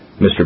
Mr